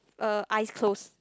uh eyes closed